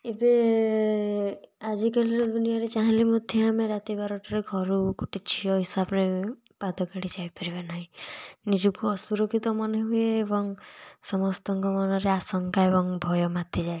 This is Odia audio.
ଏବେ ଆଜିକାଲିର ଦୁନିଆରେ ଚାହିଁଲେ ମଧ୍ୟ ଆମେ ରାତି ବାରଟାରେ ଘରୁ ଗୋଟେ ଝିଅ ହିସାବରେ ପାଦ କାଢ଼ି ଯାଇପାରିବା ନାହିଁ ନିଜକୁ ଅସୁରକ୍ଷିତ ମନେ ହୁଏ ଏବଂ ସମସ୍ତଙ୍କ ମନରେ ଆଶଙ୍କା ଏବଂ ଭୟ ମାତିଯାଏ